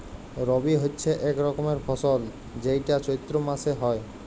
রবি হচ্যে এক রকমের ফসল যেইটা চৈত্র মাসে হ্যয়